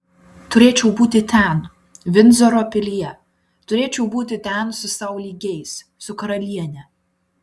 turėčiau būti ten vindzoro pilyje turėčiau būti ten su sau lygiais su karaliene